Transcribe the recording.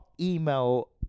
email